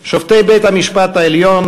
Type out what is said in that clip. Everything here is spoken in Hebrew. בית-המשפט העליון,